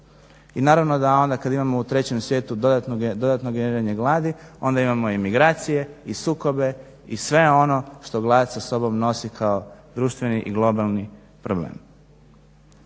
i naravno da onda kada imamo u trećem svijetu dodatno gledanje gladi onda imamo emigracije i sukobe i sve ono što glad sa sobom nosi kao društveni i globalni problem.